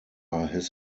his